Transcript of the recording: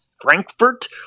frankfurt